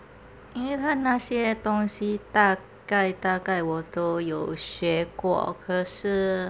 应该看那些东西大概大概我都有学过可是